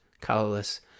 colorless